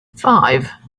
five